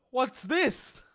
what's this?